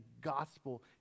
gospel